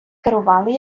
керували